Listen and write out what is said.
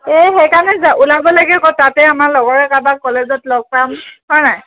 এই সেইকাৰণে ওলাব লাগে আকৌ তাতে আমাৰ লগৰে কাৰোবাক কলেজত লগ পাম হয় নাই